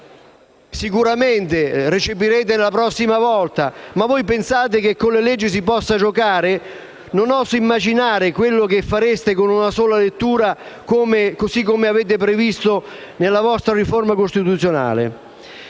sicuramente la recepirete la prossima volta. Ma voi pensate che con le leggi si possa giocare? Non oso immaginare quello che fareste con una sola lettura, così come avete previsto nella vostra riforma costituzionale.